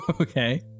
Okay